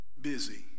busy